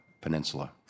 peninsula